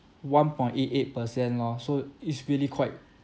one point eight eight percent lor so it's really quite